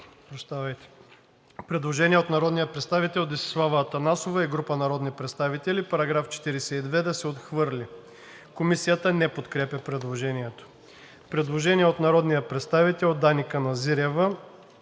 По § 44 има предложение от народния представител Десислава Атанасова и група народни представители: „Параграф 44 да се отхвърли.“ Комисията не подкрепя предложението. Предложение на народния представител Мирослав